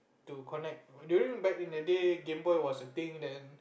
to connect during back in the day GameBoy was a thing then